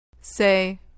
Say